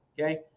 okay